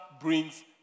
brings